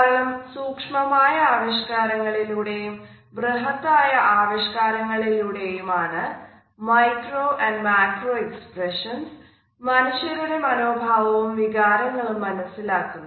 കാരണം സൂക്ഷ്മമായ ആവിഷ്കാരങ്ങളിലൂടെയും ബൃഹത്തായ ആവിഷ്കാരങ്ങളിലൂടെയുമാണ് മനുഷ്യരുടെ മനോഭാവവും വികാരങ്ങളും മനസ്സിലാക്കുന്നത്